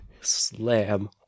Slam